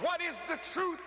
what is the truth